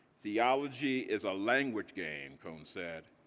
theology is a language game, cone said,